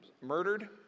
murdered